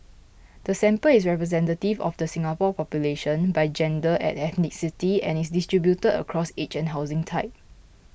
the sample is representative of the Singapore population by gender and ethnicity and is distributed across age and housing type